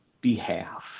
behalf